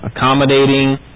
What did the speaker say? accommodating